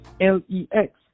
L-E-X